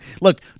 Look